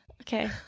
okay